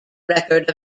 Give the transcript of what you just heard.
record